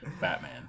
Batman